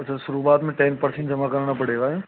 अच्छा शुरुआत में टेन परसेंट जमा कराना पड़ेगा हैं